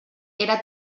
era